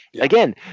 again